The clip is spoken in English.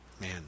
Man